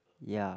ya